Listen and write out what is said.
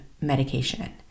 medication